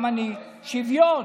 גם אני, שוויון.